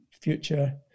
future